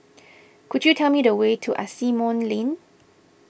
could you tell me the way to Asimont Lane